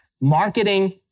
Marketing